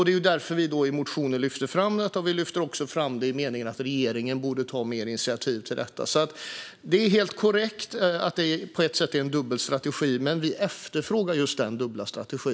Det är därför vi lyfter fram det i motionen, och vi lyfter också fram det i den meningen att regeringen borde ta fler initiativ till detta. Det är helt korrekt att det på ett sätt är en dubbel strategi, men vi efterfrågar just denna dubbla strategi.